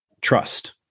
trust